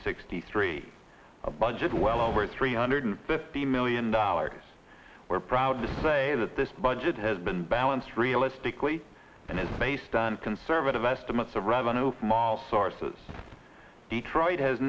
sixty three budget well over three hundred fifty million dollars we're proud to say that this budget has been balanced realistically and is based on conservative estimates of revenue sources detroit has